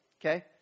Okay